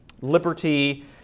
liberty